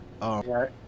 Right